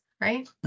right